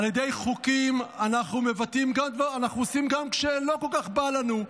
על ידי חוקים אנחנו עושים גם כשלא כל כך בא לנו.